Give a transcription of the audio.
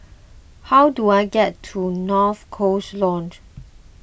how do I get to North Coast Lodge